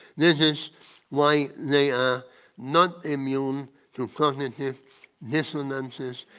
this is why they are not immune to cognitive dissonances.